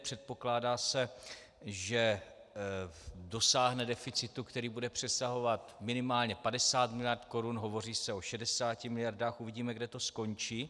Předpokládá se, že dosáhne deficitu, který bude přesahovat minimálně 50 miliard korun, hovoří se o 60 miliardách, uvidíme, kde to skončí.